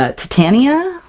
ah titania?